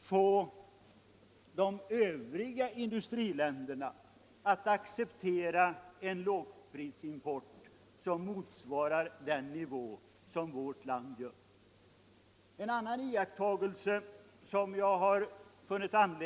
få övriga industriländer att acceptera en lågprisimport som motsvarar den nivå som vårt lands har.